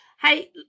hey